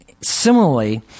Similarly